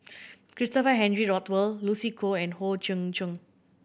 Christopher Henry Rothwell Lucy Koh and Howe Yoon Chong